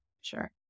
Sure